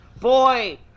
boy